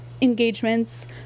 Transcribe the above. engagements